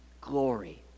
glory